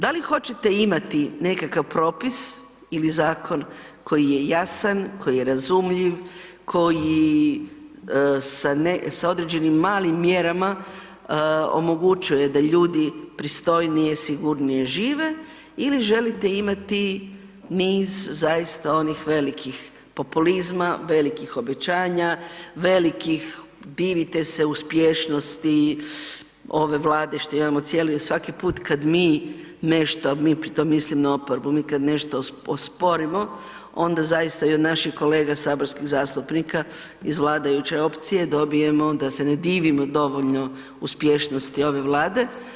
Da li hoćete imati nekakav propis ili zakon koji je jasan, koji je razumljiv, koji sa određenim malim mjerama omogućuje da ljudi pristojnije, sigurnije žive ili želite imati niz zaista onih velikih populizma, velikih obećanja, velikih divite se uspješnosti ove Vlade što imamo cijeli, svaki put kad mi nešto, mi pritom mislim na oporbu, mi kad nešto osporimo onda zaista i od naših kolega saborskih zastupnika iz vladajuće opcije dobijemo da se ne divimo dovoljno uspješnosti ove Vlade.